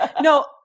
No